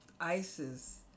Isis